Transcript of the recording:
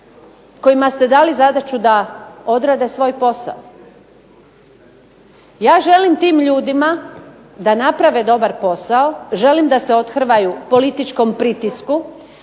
kojima ste dali zadaću da odrade svoj posao. Ja želim tim ljudima da naprave dobar posao, želim da se othrvaju političkom pritisku,